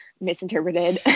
misinterpreted